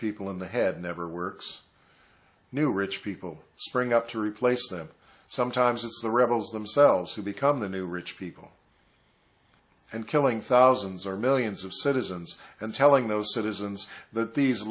people in the head never works new rich people spring up to replace them sometimes it's the rebels themselves who become the new rich people and killing thousands or millions of citizens and telling those citizens that these